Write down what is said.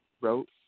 wrote